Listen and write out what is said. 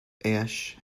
ash